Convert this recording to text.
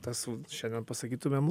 tas vat šiandien pasakytumėm